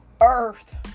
earth